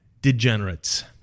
Degenerates